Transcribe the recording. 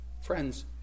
Friends